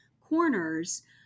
corners